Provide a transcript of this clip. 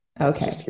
okay